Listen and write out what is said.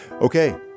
Okay